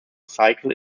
cycle